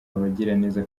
abagiraneza